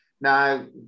Now